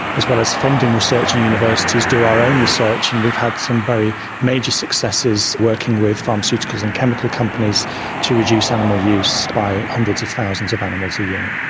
as well as funding research in universities, do our own research, and we've had some very major successes working with pharmaceuticals and chemical companies to reduce animal use by hundreds of thousands of animals a year.